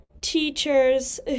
teachers